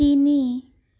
তিনি